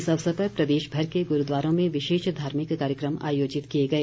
इस अवसर पर प्रदेशभर के गुरूद्वारों में विशेष धार्मिक कार्यक्रम आयोजित किए गए